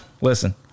listen